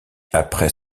après